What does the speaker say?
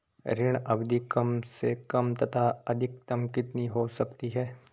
ऋण अवधि कम से कम तथा अधिकतम कितनी हो सकती है?